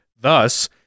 Thus